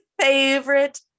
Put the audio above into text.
favorite